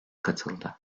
katıldı